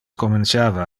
comenciava